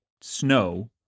snow